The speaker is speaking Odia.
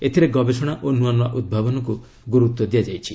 ଏଥିରେ ଗବେଷଣା ଓ ନୂଆ ନୂଆ ଉଭାବନକୁ ଗୁରୁତ୍ୱ ଦିଆଯାଇଛି